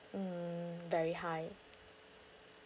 mm very high